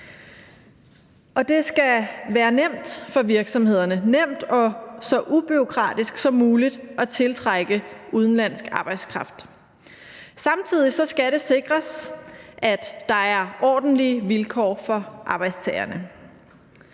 Det skal være nemt for virksomhederne, nemt og så ubureaukratisk som muligt at tiltrække udenlandsk arbejdskraft. Samtidig skal det sikres, at der er ordentlige vilkår for arbejdstagerne.